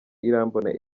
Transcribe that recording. irambona